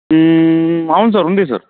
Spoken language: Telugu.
అవును సార్ ఉంది సార్